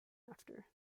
after